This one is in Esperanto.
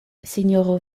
sinjoro